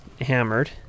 hammered